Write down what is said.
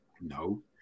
no